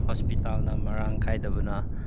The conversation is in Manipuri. ꯍꯣꯁꯄꯤꯇꯥꯂꯅ ꯃꯔꯥꯡ ꯀꯥꯏꯗꯕꯅ